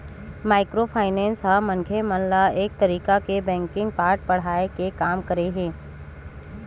micro finance ह मनखे मन ल एक तरिका ले बेंकिग के पाठ पड़हाय के काम करे हे